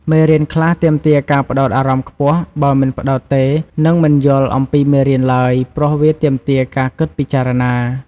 មេរៀនខ្លះទាមទារការផ្ដោតអារម្មណ៍ខ្ពស់ បើមិនផ្ដោតទេ នឹងមិនយល់អំពីមេរៀនឡើយ ព្រោះវាទាមទារការគិតពិចារណា។